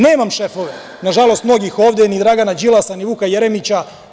Nemam šefove, nažalost mnogih ovde, ni Dragana Đilasa, ni Vuka Jeremića.